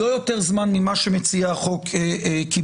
לא יותר זמן ממה שמציעי החוק קיבלו.